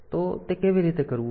તો તે કેવી રીતે કરવું